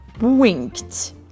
winked